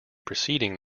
preceding